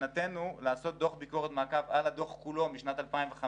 ובכוונתנו לעשות דוח ביקורת מעקב על הדוח כולו משנת 2015,